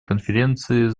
конференции